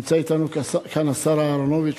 נמצא אתנו כאן השר אהרונוביץ,